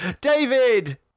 David